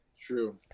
True